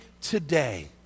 today